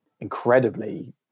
incredibly